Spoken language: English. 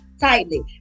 tightly